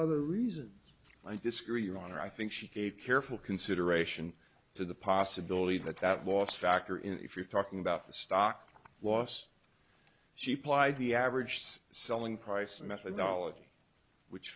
rather reason i disagree your honor i think she gave careful consideration to the possibility that that was factor in if you're talking about the stock loss she plied the average selling price methodology which